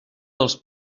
dels